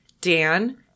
Dan